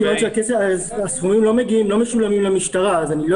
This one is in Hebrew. מכיוון שהסכומים לא משולמים למשטרה אז אני לא